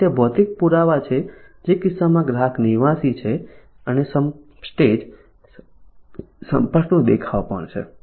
અને ત્યાં ભૌતિક પુરાવા છે જે આ કિસ્સામાં ગ્રાહક નિવાસી છે અને સ્ટેજ સંપર્કનો દેખાવ પણ છે